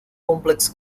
complex